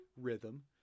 rhythm